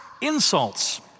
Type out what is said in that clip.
insults